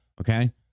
Okay